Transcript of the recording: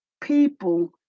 people